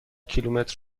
کیلومتر